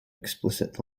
explicit